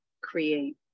create